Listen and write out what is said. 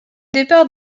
départ